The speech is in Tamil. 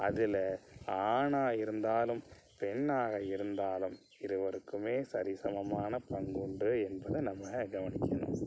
அதில் ஆணாக இருந்தாலும் பெண்ணாக இருந்தாலும் இருவருக்குமே சரிசமமான பங்குண்டு என்பதை நம்ம கவனிக்கணும்